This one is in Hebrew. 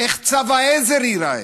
איך צו העזר ייראה,